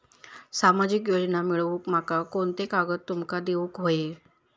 सामाजिक योजना मिलवूक माका कोनते कागद तुमका देऊक व्हये?